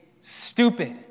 stupid